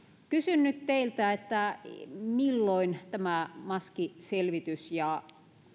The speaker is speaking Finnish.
kysyn nyt teiltä milloin tämä maskiselvitys ja